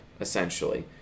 essentially